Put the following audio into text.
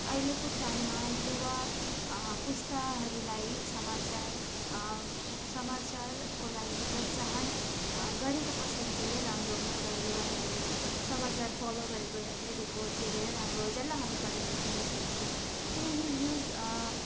अहिलेको टाइममा युवा पुस्ताहरूलाई समाचार समाचारको लागि प्रोत्साहन गरेको कसैले धेरै राम्रो हो र युवाहरूले समाचार फलो गरेको एब्रिडेको त्यो धेर राम्रो हो जसलाई हामी करेन्ट एफियर्स भन्छौँ किनकि न्युज